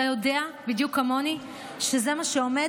אתה יודע בדיוק כמוני שזה מה שעומד